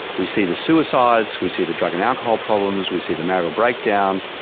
we see the suicides, we see the drug and alcohol problems, we see the marital breakdown,